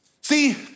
See